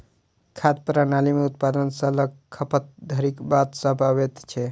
खाद्य प्रणाली मे उत्पादन सॅ ल क खपत धरिक बात सभ अबैत छै